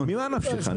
ממה נפשך?